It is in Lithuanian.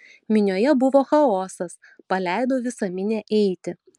minioje buvo chaosas paleido visą minią eiti